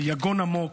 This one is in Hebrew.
ביגון עמוק,